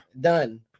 done